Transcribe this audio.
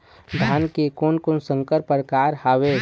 धान के कोन कोन संकर परकार हावे?